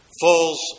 falls